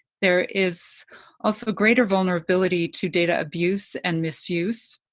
there is also a greater vulnerability to data abuse and misuse.